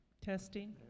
Testing